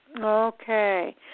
Okay